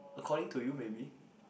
according to you maybe